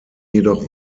jedoch